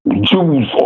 Jews